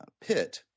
pit